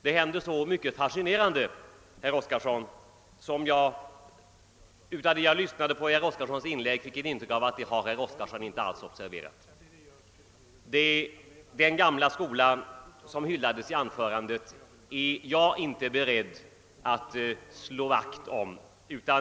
Det händer så mycket fascinerande, som jag, när jag lyssnade till herr Oskarson, fick ett intryck av att han inte alls observerat. Den gamla skolan, som hyllades i anförandet, är jag inte beredd att slå vakt om.